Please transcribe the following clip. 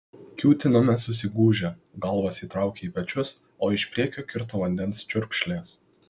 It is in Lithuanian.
kiūtinome susigūžę galvas įtraukę į pečius o iš priekio kirto vandens čiurkšlės